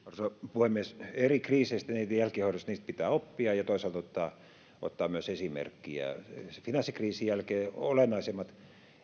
puhemies eri kriiseistä ja niiden jälkihoidosta pitää oppia ja toisaalta ottaa ottaa myös esimerkkiä finanssikriisin jälkeen olennaisimmat